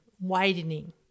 widening